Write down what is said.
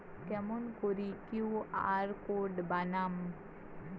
কেমন করি QR code বানাম?